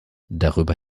darüber